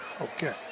Okay